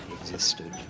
existed